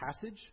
passage